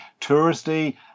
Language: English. touristy